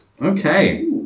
Okay